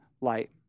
light